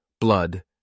Blood